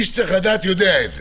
מי שצריך לדעת יודע את זה.